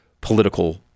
political